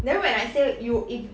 then when I say you if